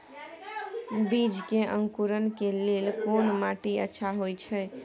बीज के अंकुरण के लेल कोन माटी अच्छा होय छै?